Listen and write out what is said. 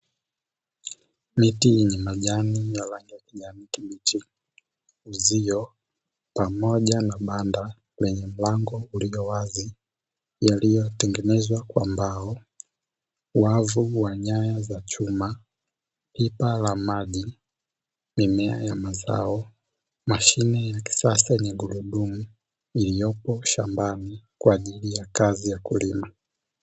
Miti yenye majani ya kijani kibichi, uzio pamoja na banda lenye mlango ulio wazi yaliyotengenezwa kwa mbao, wavu wa nyaya za chuma, pipa la maji, mimea ya mazao, mashine ya kisasa yenye gurudumu iliopo shambani kwa ajili ya kazi ya kulima.